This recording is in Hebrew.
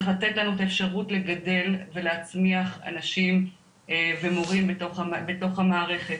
צריך לתת לנו אפשרות לגדל ולהצמיח אנשים בתוך המערכת.